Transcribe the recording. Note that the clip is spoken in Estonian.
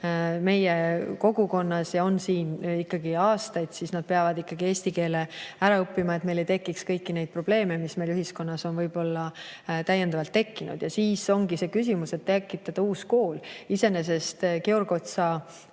meie kogukonnas ja on siin ikkagi aastaid, siis nad peavad ära õppima eesti keele, et meil ei tekiks kõiki neid probleeme, mis meil ühiskonnas on täiendavalt tekkinud. Ja siis ongi see küsimus, kas tekitada uus kool. Iseenesest Georg Otsa